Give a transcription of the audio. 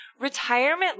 Retirement